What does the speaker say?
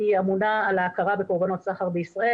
היא אמונה על ההכרה בקורבנות סחר בישראל.